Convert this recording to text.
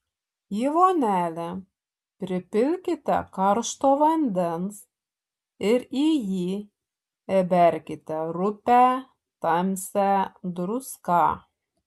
į vonelę pripilkite karšto vandens ir į jį įberkite rupią tamsią druską